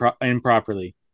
improperly